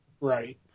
Right